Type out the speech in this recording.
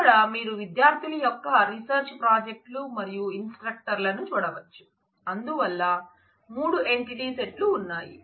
ఇక్కడ మీరు విద్యార్థుల యొక్క రీసెర్చ్ ప్రాజెక్ట్ లు మరియు ఇన్స్ట్రక్టర్ లను చూడవచ్చు అందువల్ల 3 ఎంటిటీ సెట్ లు ఉన్నాయి